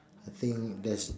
I think that's